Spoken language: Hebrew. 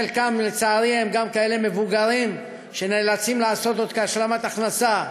חלקם לצערי הם גם כאלה מבוגרים שנאלצים לעשות זאת כהשלמת הכנסה,